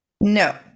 No